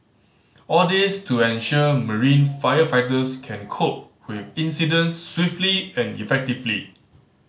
all this to ensure marine firefighters can cope with incidents swiftly and effectively